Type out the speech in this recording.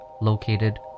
located